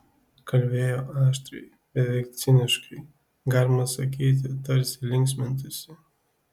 kalbėjo aštriai beveik ciniškai galima sakyti tarsi linksmintųsi